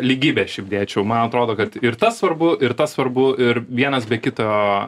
lygybę šiaip dėčiau man atrodo kad ir tas svarbu ir tas svarbu ir vienas be kito